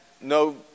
no